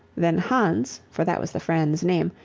then hans, for that was the friend's name,